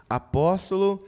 apóstolo